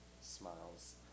smiles